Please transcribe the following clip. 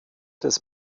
des